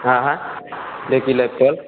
હા હા બે કિલો એપલ